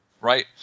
right